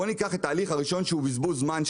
שאתם קוראים לו בזבוז זמן,